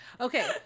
Okay